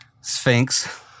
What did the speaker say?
Sphinx